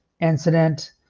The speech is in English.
incident